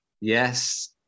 Yes